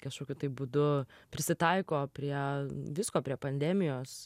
kažkokiu tai būdu prisitaiko prie visko prie pandemijos